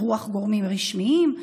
אירוח גורמים רשמיים,